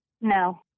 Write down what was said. No